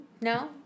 No